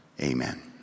Amen